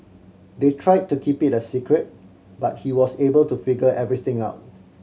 they tried to keep it a secret but he was able to figure everything out